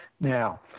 Now